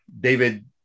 David